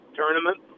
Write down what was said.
tournament